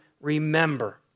remember